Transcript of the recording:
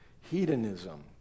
hedonism